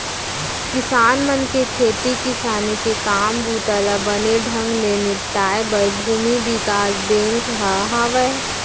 किसान मन के खेती किसानी के काम बूता ल बने ढंग ले निपटाए बर भूमि बिकास बेंक ह हावय